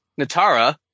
Natara